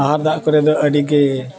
ᱟᱦᱟᱨ ᱫᱟᱜ ᱠᱚᱨᱮ ᱫᱚ ᱟᱹᱰᱤᱜᱮ